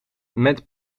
met